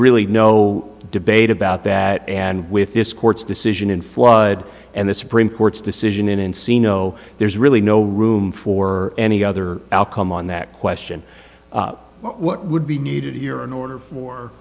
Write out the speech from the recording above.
really no debate about that and with this court's decision in flood and the supreme court's decision in encino there's really no room for any other outcome on that question what would be needed a year in order for